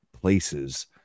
places